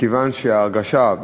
מכיוון שההרגשה היא,